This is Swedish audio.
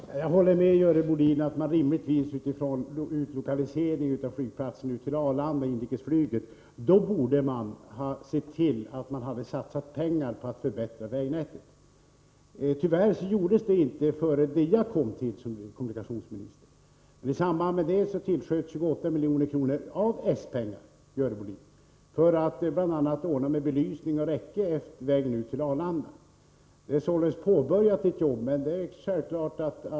Fru talman! Jag håller med Görel Bohlin om att man vid utlokaliseringen av inrikesflyget till Arlanda rimligtvis borde ha satsat pengar på att förbättra vägnätet. Tyvärr gjordes inte detta förrän jag tillträdde som kommunikationsminister. Men i samband med att jag tillträdde tillsköts 28 milj.kr. av S-pengar, Görel Bohlin, för att man bl.a. skulle kunna ordna med belysning och räcke utefter vägen till Arlanda. Således är ett arbete påbörjat.